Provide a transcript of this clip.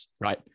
right